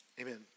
amen